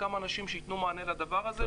כמה אנשים שייתנו מענה לדבר הזה,